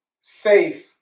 safe